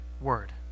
word